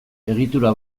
egitura